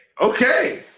okay